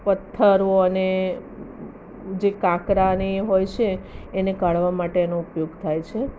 પથ્થરો અને જે કાંકરા ને એ હોય છે એને કાઢવા માટે એનો ઉપયોગ થાય છે